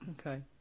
okay